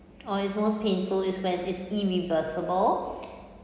or it's most painful is when it's irreversible